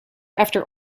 after